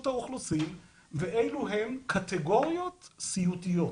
האוכלוסין ואילו הן קטגוריות סיוטיות.